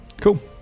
Cool